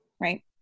right